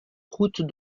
route